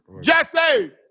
Jesse